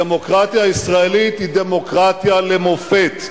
הדמוקרטיה הישראלית היא דמוקרטיה למופת.